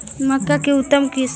मक्का के उतम किस्म?